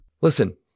Listen